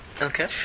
Okay